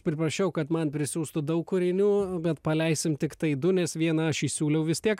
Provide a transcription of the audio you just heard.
priprašiau kad man prisiųstų daug kūrinių bet paleisim tiktai du nes vieną aš įsiūliau vis tiek